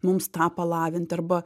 mums tą palavint arba